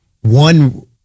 One